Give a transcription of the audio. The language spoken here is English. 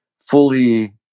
fully